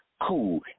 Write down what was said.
cool